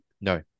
No